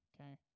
okay